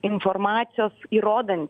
informacijos įrodant